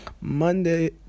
Monday